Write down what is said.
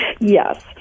Yes